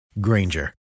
Granger